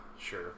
sure